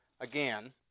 again